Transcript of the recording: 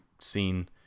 seen